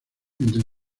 entre